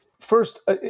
First